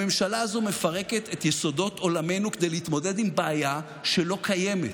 הממשלה הזאת מפרקת את יסודות עולמנו כדי להתמודד עם בעיה שלא קיימת.